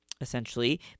essentially